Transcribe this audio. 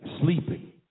sleeping